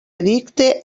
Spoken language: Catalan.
edicte